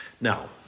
Now